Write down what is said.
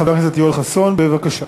חבר הכנסת יואל חסון, בבקשה.